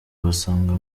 basanga